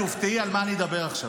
את תופתעי על מה אני אדבר עכשיו.